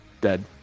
dead